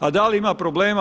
A da li ima problema?